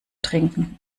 trinken